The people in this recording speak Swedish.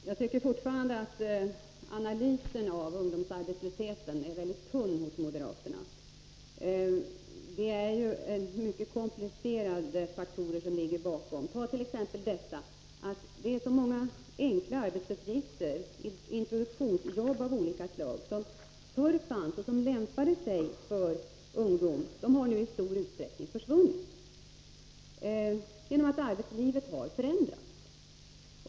Herr talman! Jag tycker fortfarande att moderaternas analys av ungdomsarbetslösheten är väldigt tunn. Det är ju mycket komplicerade faktorer som ligger bakom. Tag t.ex. det förhållandet att så många av de enkla arbetsuppgifter — introduktionsjobb av olika slag — som förr fanns och som lämpade sig för ungdom nu i stor utsträckning har försvunnit, eftersom arbetslivet har förändrats.